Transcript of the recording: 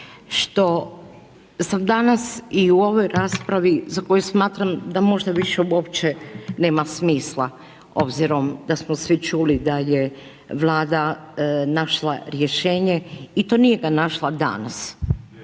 što sam danas i u ovoj raspravi za koju smatram da možda više uopće nema smisla obzirom da smo svi čuli da je Vlada našla rješenje i to nije ga našla danas,